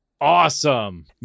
awesome